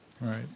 Right